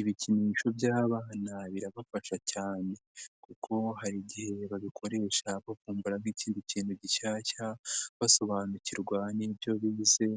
Ibikinisho by'abana birabafasha cyane kuko hari igihe babikoresha bavumbura nk'ikindi kintu gishya, basobanukirwa n'ibyo bibuze